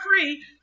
free